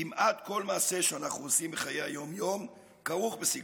כמעט כל מעשה שאנחנו עושים בחיי היום-יום כרוך בסיכונים,